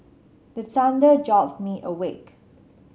the thunder jolt me awake